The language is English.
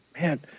man